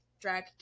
drag